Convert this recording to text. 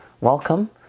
welcome